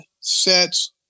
sets